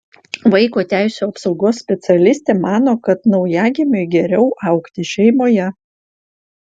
vaiko teisių apsaugos specialistė mano kad naujagimiui geriau augti šeimoje